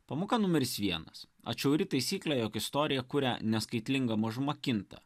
pamoka numeris vienas atšiauri taisyklė jog istoriją kuria neskaitlinga mažuma kinta